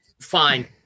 fine